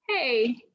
hey